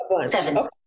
seven